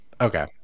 Okay